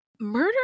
Murder